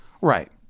Right